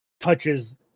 touches